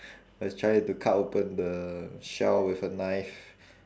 was trying to cut open the shell with a knife